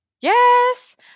Yes